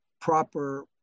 proper